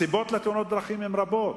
הסיבות לתאונות הדרכים הן רבות,